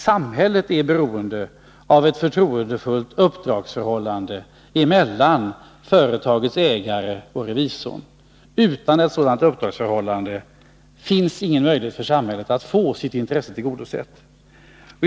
Samhället är beroende av ett förtroendefullt uppdragsförhållande mellan företagets ägare och revisorn. Utan ett sådant uppdragsförhållande finns ingen möjlighet för samhället att få sitt intresse tillgodosett.